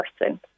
person